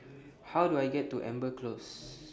How Do I get to Amber Close